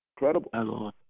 Incredible